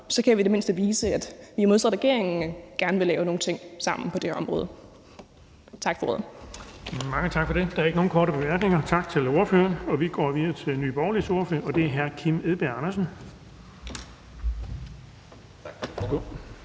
Så kan vi i det mindste vise, at vi modsat regeringen gerne vil lave nogle ting sammen på det her område. Tak for ordet. Kl. 15:45 Den fg. formand (Erling Bonnesen): Mange tak for det. Der er ikke nogen korte bemærkninger. Tak til ordføreren. Vi går videre til Nye Borgerliges ordfører, og det er hr. Kim Edberg Andersen.